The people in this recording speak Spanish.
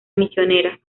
misionera